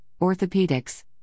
orthopedics